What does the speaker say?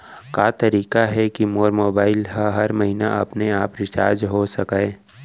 का तरीका हे कि मोर मोबाइल ह हर महीना अपने आप रिचार्ज हो सकय?